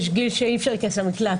יש גיל שאי-אפשר להיכנס למקלט,